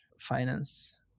finance